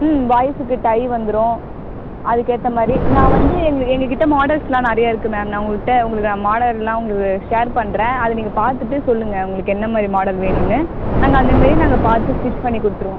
ம் பாய்ஸுக்கு டை வந்துடும் அதுக்கேற்ற மாதிரி நான் வந்து எங்களுக்கு எங்கக்கிட்ட மாடல்ஸுலாம் நிறைய இருக்குது மேம் நான் உங்கள்ட்ட உங்களுக்கு நான் மாடலெல்லாம் உங்களுக்கு ஷேர் பண்ணுறேன் அதை நீங்கள் பார்த்துட்டு சொல்லுங்கள் உங்களுக்கு என்னமாதிரி மாடல் வேணும்னு நாங்க அந்தமாரி நாங்கள் பார்த்து ஸ்டிச் பண்ணி கொடுத்துருவோம்